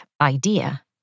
idea